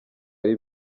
bari